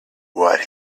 what